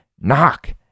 Knock